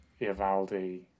Ivaldi